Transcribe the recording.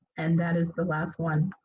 and that is the last one.